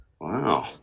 Wow